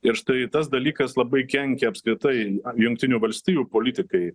ir štai tas dalykas labai kenkia apskritai jungtinių valstijų politikai